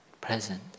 present